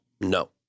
No